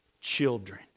children